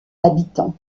habitants